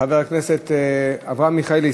חבר הכנסת אברהם מיכאלי,